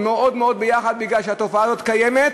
כי התופעה הזאת קיימת,